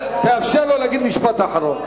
תאפשר לו להגיד משפט אחרון.